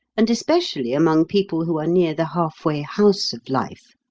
and especially among people who are near the half-way house of life.